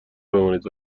بمانید